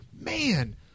Man